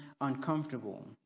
uncomfortable